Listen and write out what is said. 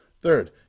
Third